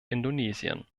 indonesien